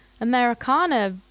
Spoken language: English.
Americana